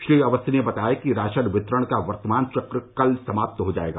श्री अवस्थी ने बताया कि राशन वितरण का वर्तमान चक्र कल समाप्त हो जाएगा